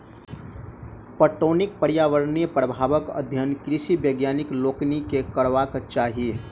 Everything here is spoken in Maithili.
पटौनीक पर्यावरणीय प्रभावक अध्ययन कृषि वैज्ञानिक लोकनि के करबाक चाही